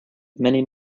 many